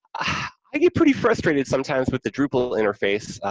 i get pretty frustrated sometimes with the drupal interface.